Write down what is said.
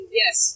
yes